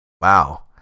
Wow